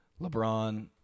LeBron